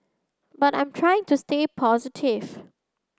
but I'm trying to stay positive